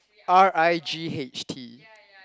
R_I_G_H_T